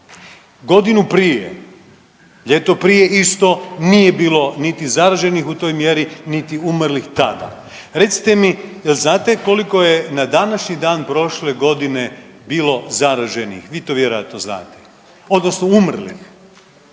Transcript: Godinu prije ljeto prije isto nije bilo niti zaraženih u toj mjeri niti umrlih tada, recite mi jel znate koliko je na današnji dan prošle godine bilo zaraženih, vi to vjerojatno znate odnosno umrlih?